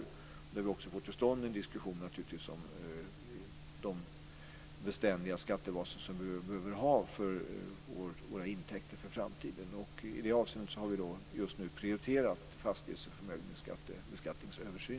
Jag vill naturligtvis också få till stånd en diskussion om de beständiga skattebaser som vi behöver ha för våra intäkter för framtiden, och i det avseendet har vi just nu prioriterat fastighets och förmögenhetsbeskattningens översyn.